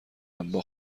ام، با